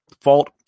fault